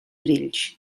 grills